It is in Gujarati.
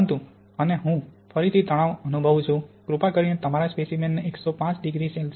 પરંતુ અને હું ફરીથી તણાવ અનુભવું છું કૃપા કરીને તમારા સ્પેસીમેન ને 105 ડિગ્રી સે